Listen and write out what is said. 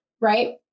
right